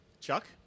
Chuck